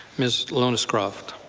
ms. lohnes-croft.